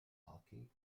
hockey